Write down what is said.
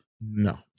No